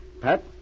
Pat